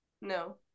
No